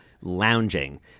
lounging